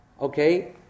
okay